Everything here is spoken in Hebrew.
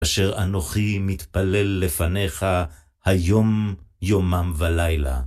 אשר אנוכי מתפלל לפניך היום יומם ולילה.